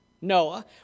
Noah